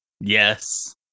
Yes